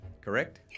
Correct